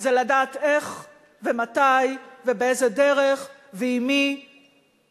זה לדעת איך ומתי ובאיזה דרך ועם מי